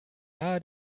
nahe